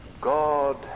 God